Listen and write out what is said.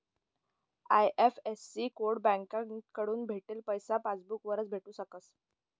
IFSC code बँककडथून भेटेल पैसा पासबूक वरच भेटू शकस